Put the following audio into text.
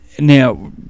Now